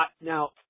now